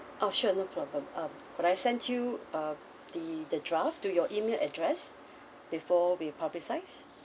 oh sure no problem uh but I send you uh the the draft to your email address before we publicise